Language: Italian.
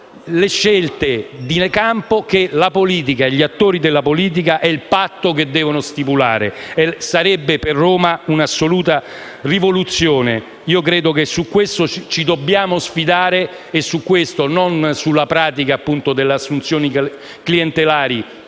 le scelte di campo, il patto che gli attori della politica devono stipulare. Sarebbe per Roma un'assoluta rivoluzione. Credo che su questo ci dobbiamo sfidare e su questo, non sulla pratica delle assunzioni clientelari